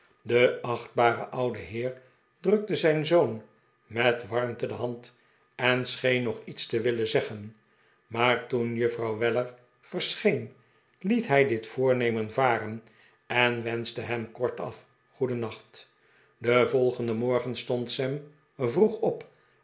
de achtbare oude heer drukte zijn zoon met warmte de hand en scheen nog iets te willen zeggen maar toen juffrouw weller verseheen liet hij dit voornemen varen en wenschte hem kortaf goedennacbt den volgenden morgen stond sam vroeg op